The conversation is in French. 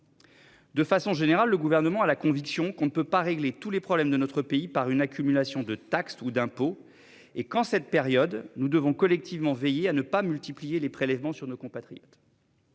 De façon générale, le gouvernement a la conviction qu'on ne peut pas régler tous les problèmes de notre pays par une accumulation de taxes ou d'impôts et qu'en cette période, nous devons collectivement veiller à ne pas multiplier les prélèvements sur nos compatriotes.